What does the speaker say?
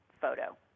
photo